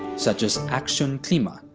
such as aksyon klima,